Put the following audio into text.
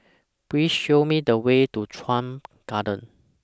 Please Show Me The Way to Chuan Garden